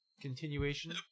Continuation